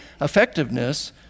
effectiveness